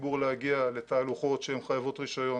לציבור להגיע לתהלוכות שהן מחייבות רישיון